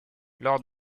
lors